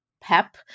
PEP